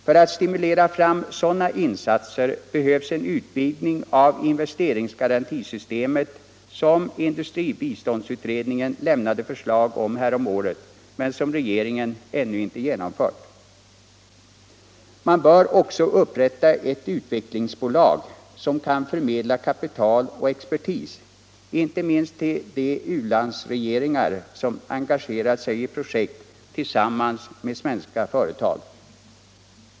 För att stimulera fram sådana insatser behövs en utvidgning av investeringsgarantisystemet, som industribiståndsutredningen lämnade förslag till häromåret men som regeringen ännu inte genomfört. Man bör också inrätta ett utvecklingsbolag som kan förmedla kapital och expertis, inte minst till de u-landsregeringar som engagerat sig i projekt tillsammans med svenska företag.